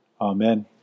Amen